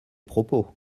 propos